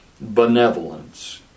benevolence